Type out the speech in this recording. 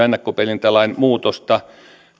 ennakkoperintälain muutosta